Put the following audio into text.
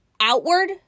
outward